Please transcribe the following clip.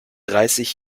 dreißig